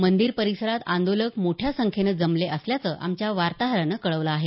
मंदीर परिसरात आंदोलक मोठ्या संख्येनं जमले असल्याचं आमच्या वार्ताहरानं कळवलं आहे